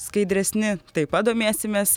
skaidresni taip pat domėsimės